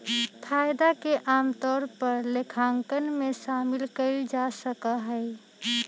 फायदा के आमतौर पर लेखांकन में शामिल कइल जा सका हई